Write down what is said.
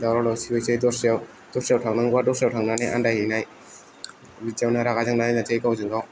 दावराव दावसिबो एसे दस्रायाव दस्रायाव थांनांगौआ दस्रायाव थांनाय बिदिनो आन्दायहैनाय बिदियावनो रागा जोंनाय जानोसै गावजोंगाव